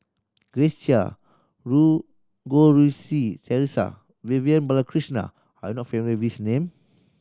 Grace Chia Goh Rui Si Theresa Vivian Balakrishnan are you not familiar these name